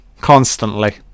Constantly